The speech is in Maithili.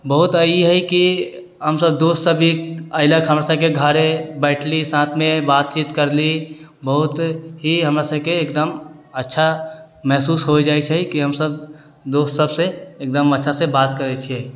बहुत ई हय की हमसब दोस्त सब भी अयलक हमरा सबके घरे बैठली साथमे बातचीत करली बहुत ही हमरा सबके एकदम अच्छा महसूस हो जाइ छै की हमसब दोस्त सबसँ एकदम अच्छासँ बात करै छियै